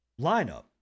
lineup